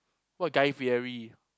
what guy-fieri